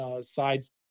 sides